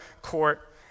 court